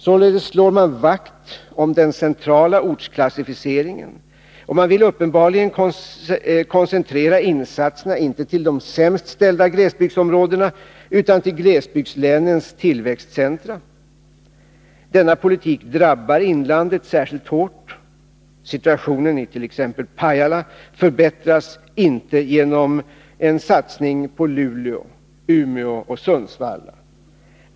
Således slår man vakt om den centrala ortsklassificeringen, och man vill uppenbarligen koncentrera insatserna inte till de sämst ställda glesbygdsområdena, utan till glesbygdslänens tillväxtcentra. Denna politik drabbar inlandet särskilt hårt — situationen i Pajala förbättras exempelvis inte genom en satsning på Luleå, Umeå och Sundsvall.